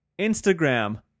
Instagram